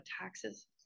taxes